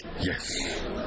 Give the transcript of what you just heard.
Yes